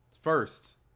First